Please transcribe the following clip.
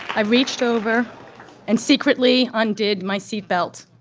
i reached over and secretly undid my seatbelt.